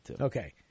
Okay